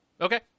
Okay